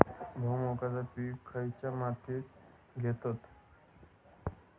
भुईमुगाचा पीक खयच्या मातीत घेतत?